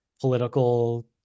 political